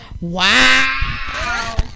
Wow